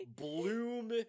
bloom